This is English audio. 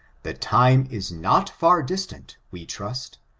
the time is not far distant, we trust,